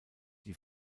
die